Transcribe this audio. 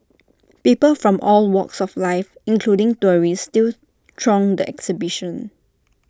people from all walks of life including tourists still throng the exhibition